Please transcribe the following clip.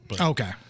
Okay